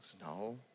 No